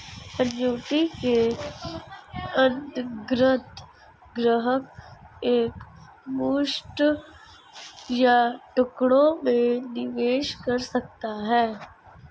annuity के अंतर्गत ग्राहक एक मुश्त या टुकड़ों में निवेश कर सकता है